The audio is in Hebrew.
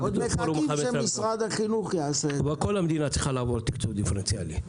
כל המדינה צריכה לעבור תקצוב דיפרנציאלי.